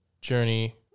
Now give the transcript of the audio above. journey